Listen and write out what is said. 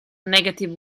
negative